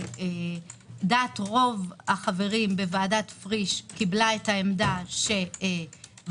דעת רוב החברים בוועדת פריש קיבלה את העמדה שוועדת